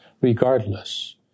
regardless